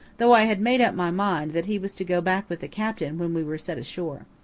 though i had made up my mind that he was to go back with the captain when we were set ashore.